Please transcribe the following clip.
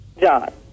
John